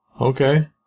Okay